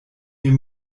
mir